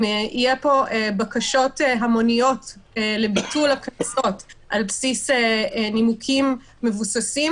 אם יהיו פה בקשות המוניות לביטול הקנסות על בסיס נימוקים מבוססים,